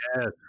Yes